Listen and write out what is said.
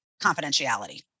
confidentiality